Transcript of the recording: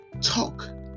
talk